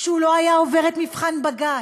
הוא לא היה עובר את מבחן בג"ץ.